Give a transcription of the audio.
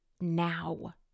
now